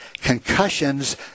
concussions